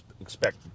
expect